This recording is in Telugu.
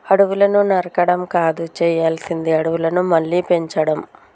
అడవులను నరకడం కాదు చేయాల్సింది అడవులను మళ్ళీ పెంచడం